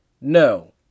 No